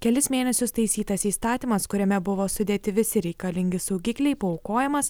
kelis mėnesius taisytas įstatymas kuriame buvo sudėti visi reikalingi saugikliai paaukojamas